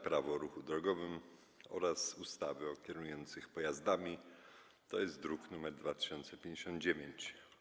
Prawo o ruchu drogowym oraz ustawy o kierujących pojazdami (druk nr 2059)